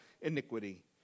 iniquity